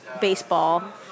Baseball